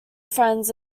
friends